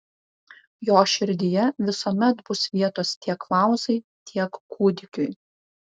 jo širdyje visuomet bus vietos tiek mauzai tiek kūdikiui